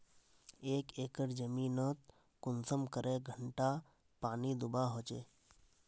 एक एकर जमीन नोत कुंसम करे घंटा पानी दुबा होचए?